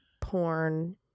porn